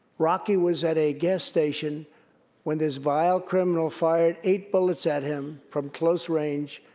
rocky was at a gas station when this vile criminal fired eight bullets at him from close range,